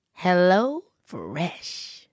HelloFresh